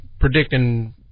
predicting